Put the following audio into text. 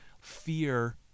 fear